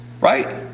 Right